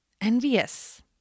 envious